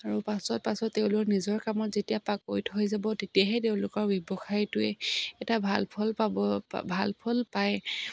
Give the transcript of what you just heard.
আৰু পাছত পাছত তেওঁলোকৰ নিজৰ কামত যেতিয়া পাকৈত হৈ যাব তেতিয়াহে তেওঁলোকৰ ব্যৱসায়টোৱে এটা ভাল ফল পাব ভাল ফল পায়